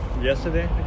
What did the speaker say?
Yesterday